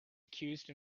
accused